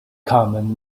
common